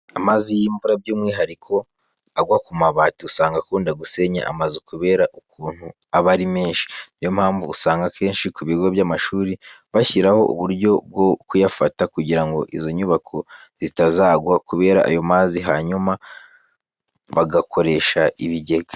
Amazi y'imvura by'umwihariko agwa ku mabati, usanga akunda gusenya amazu kubera ukuntu aba ari menshi. Niyo mpamvu, usanga akenshi ku bigo by'amashuri bashyiraho uburyo bwo kuyafata kugira ngo izo nyubako zitazagwa kubera ayo mazi hanyuma bagakoresha ibigega.